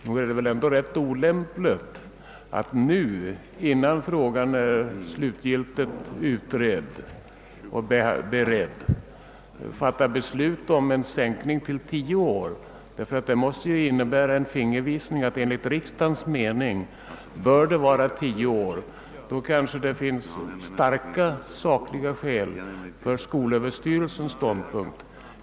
Nog är det väl ändå ganska olämpligt att nu, innan frågan är slutgiltigt utredd och beredd, fatta beslut om en sänkning till 10 år. Det måste ju innebära en fingervisning att enligt riksdagens mening bör det vara 10 år. Men det kanske finns starka sakliga skäl för skolöverstyrelsens ståndpunkt.